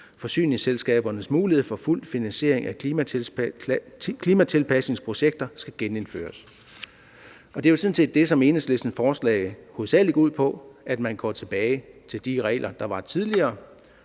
Forsyningsselskabernes mulighed for fuld finansiering af klimatilpasningsprojekter skal genindføres. Og det jo sådan set det, som Enhedslistens forslag hovedsagelig går ud på, nemlig at man går tilbage til de regler, der var tidligere,